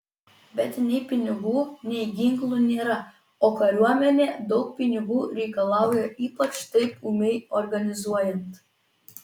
bet nei pinigų nei ginklų nėra o kariuomenė daug pinigų reikalauja ypač taip ūmiai organizuojant